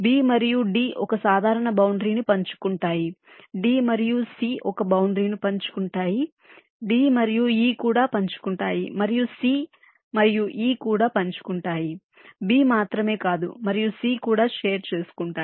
B మరియు D ఒక సాధారణ బౌండరీ ను పంచుకుంటాయి D మరియు C ఒక బౌండరీ ను పంచుకుంటాయి D మరియు E కూడా పంచుకుంటాయి మరియు C మరియు E కూడా పంచుకుంటాయి B మాత్రమే కాదు మరియు C కూడా షేర్ చేసుకుంటాయి